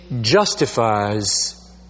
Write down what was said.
justifies